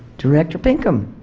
director pinkham